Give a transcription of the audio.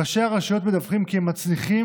ראשי הרשויות מדווחים כי הם מצליחים